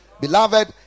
Beloved